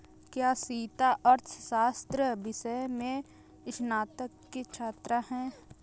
क्या सीता अर्थशास्त्र विषय में स्नातक की छात्रा है?